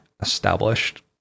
established